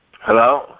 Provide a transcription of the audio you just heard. Hello